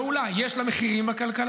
אני לא מוכן